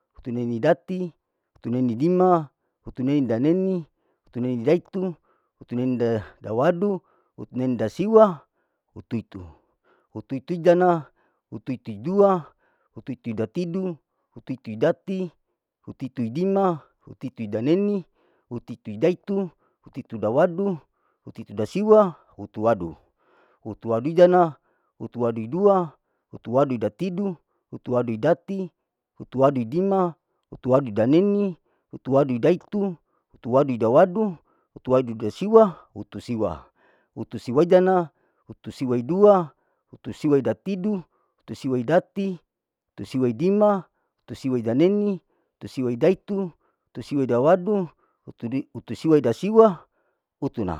Hutunenidati, hutunenidima, hutunenidaneni, hutunenidaitu, hutunenidawadu, hutunenidasiwa, hutuitu, hutuitidana, hutuitudua, hutuitudatitu, hutuitudati, hutuitudima, hutuitudaneni, hutuitudaitu, hutuitudawaddu, hutuitudasiwa, hutuwadu, hutuwadidana, hutuwadidua, hutuwadudatidu, hutuduidati, hutuwaduidima, hutuwadudaneni, hutuwadudaitu, hutuwadudawadu, hutuwadudasiwa, hutusiwa, hutusiwaiidana, hutusiwaidua, hutusiwaidatidu, hutusiwadati, hutusiwaidima, hutusiwadaneni, hutusiwaidaitu, hutusiwadawaddu, hutudu, hutusiwadasiwa, hutuna.